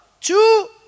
Two